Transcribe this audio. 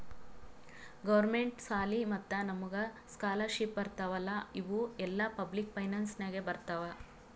government ಸಾಲಿ ಮತ್ತ ನಮುಗ್ ಸ್ಕಾಲರ್ಶಿಪ್ ಬರ್ತಾವ್ ಅಲ್ಲಾ ಇವು ಎಲ್ಲಾ ಪಬ್ಲಿಕ್ ಫೈನಾನ್ಸ್ ನಾಗೆ ಬರ್ತಾವ್